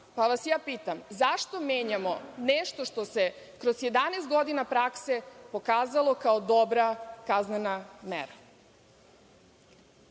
Pa, vas ja pitam - zašto menjamo nešto što se kroz 11 godina prakse pokazalo kao dobra kaznena mera? Kada